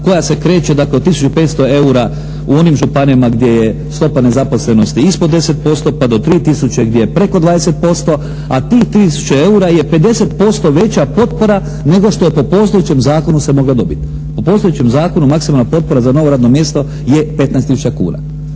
koja se kreće dakle od tisuću 500 eura u onim županijama gdje je stopa nezaposlenosti ispod 10% pa do 3 tisuće gdje je preko 20%. A ti 3 tisuće eura je 50% veća potpora nego što je po postojećem zakonu se mogla dobiti. Po postojećem zakonu maksimalna potpora za novo radno mjesto je 15 tisuća